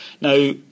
Now